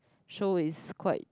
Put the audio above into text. show is quite